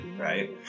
right